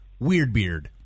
Weirdbeard